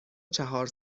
چهار